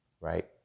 right